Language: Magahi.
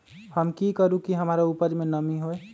हम की करू की हमार उपज में नमी होए?